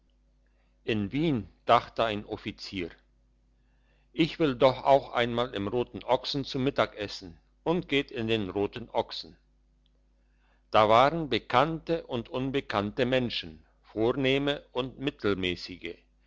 in wien dachte ein offizier ich will doch auch einmal im roten ochsen zu mittag essen und geht in den roten ochsen da waren bekannte und unbekannte menschen vornehme und mittelmässige